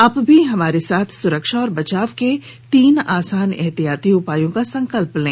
आप भी हमारे साथ सुरक्षा और बचाव के तीन आसान एहतियाती उपायों का संकल्प लें